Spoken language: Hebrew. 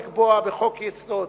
אבל לדעתי צריך לבוא ולקבוע בחוק-יסוד